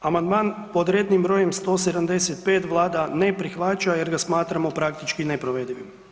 Amandman pod rednim br. 175 Vlada ne prihvaća jer ga smatramo praktički neprovedivim.